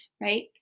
right